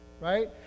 right